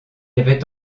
avait